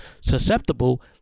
susceptible